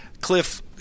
Cliff